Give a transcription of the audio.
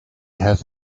has